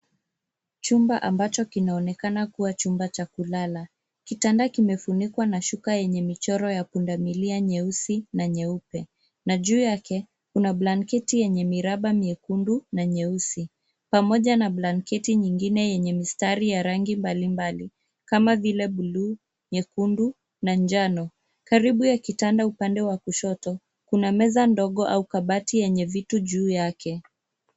Chumba ambacho kinaonekana kuwa chumba cha kulala. Kitanda kimefunikwa na shuka yenye michoro ya pundamilia mieusi na mieupe na juu yake kuna blanketi yenye miraba miekundu na nyeusi, pamoja na blanketi nyingine yenye mistari ya rangi mbalimbali kama vile buluu, nyekundu na njano. Karibu ya kitanda upande wa kushoto kuna meza ndogo au kabati yenye vitu juu yake.